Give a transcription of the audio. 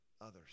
others